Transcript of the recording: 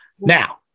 now